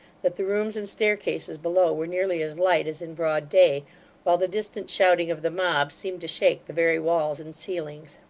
that the rooms and staircases below were nearly as light as in broad day while the distant shouting of the mob seemed to shake the very walls and ceilings.